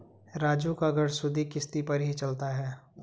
राजू का घर सुधि किश्ती पर ही चलता है